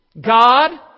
God